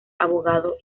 abogado